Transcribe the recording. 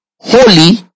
holy